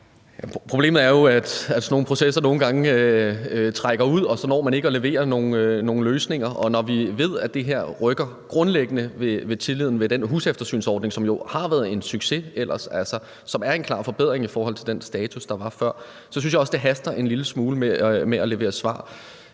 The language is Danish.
Problemet er jo, at sådan nogle processer nogle gange trækker ud, og så når man ikke at levere nogen løsninger. Og når vi ved, at det her rykker grundlæggende ved tilliden til den huseftersynsordning, som jo ellers har været en succes, og som jo er en klar forbedring i forhold til den status, der var før, så synes jeg også, at det haster en lille smule med at levere svar.